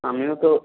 আমিও তো